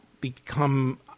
become